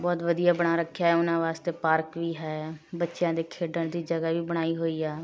ਬਹੁਤ ਵਧੀਆ ਬਣਾ ਰੱਖਿਆ ਉਹਨਾਂ ਵਾਸਤੇ ਪਾਰਕ ਵੀ ਹੈ ਬੱਚਿਆਂ ਦੇ ਖੇਡਣ ਦੀ ਜਗ੍ਹਾ ਵੀ ਬਣਾਈ ਹੋਈ ਆ